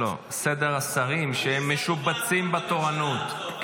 לא, סדר השרים, שהם משובצים בתורנות.